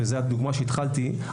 וזו הדוגמה בה התחלתי,